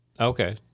Okay